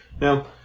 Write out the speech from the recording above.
Now